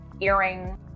earring